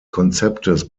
konzeptes